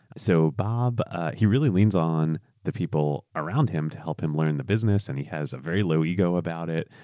so bob ah really leans on the people around him to help him learn the business and he has a very low ego about it,